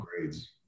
grades